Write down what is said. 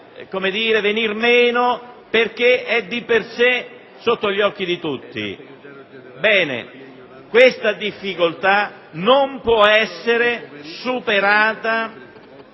non si può venir meno perché è sotto gli occhi di tutti. Ebbene, questa difficoltà non può essere superata